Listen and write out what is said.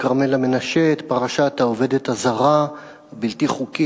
כרמלה מנשה את פרשת העובדת הזרה הבלתי-חוקית